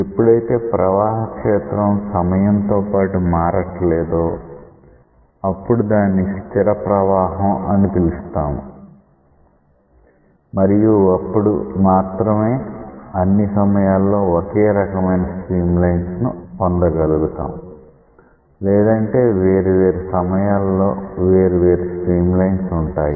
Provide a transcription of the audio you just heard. ఎప్పుడైతే ప్రవాహ క్షేత్రం సమయంతో పాటు మారట్లేదో అప్పుడు దాన్ని స్థిర ప్రవాహం అని పిలుస్తాము మరియు అప్పుడు మాత్రమే అన్ని సమయాల్లో ఒకే రకమైన స్ట్రీమ్ లైన్స్ ను పొందగలుగుతాం లేదంటే వేరు వేరు సమయాలలో వేరు వేరు స్ట్రీమ్ లైన్స్ ఉంటాయి